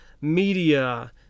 media